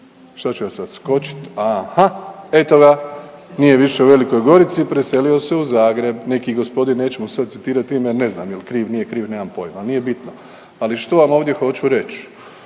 Šta ću ja sad, skočit, aha eto ga, nije više u Velikoj Gorici preselio se u Zagreb neki gospodin neću vam sad citirat ime jer ne znam jel kriv, nije kriv nemam pojma, nije bitno, ali što vam ovdje hoću reć.